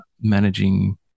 managing